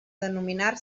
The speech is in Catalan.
denominar